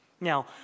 Now